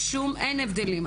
אין הבדלים.